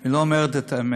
היא לא אומרת את האמת.